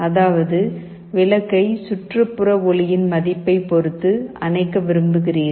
அதாவது விளக்கை சுற்றுப்புற ஒளியின் மதிப்பைப் பொறுத்தது அணைக்க விரும்புகிறீர்கள்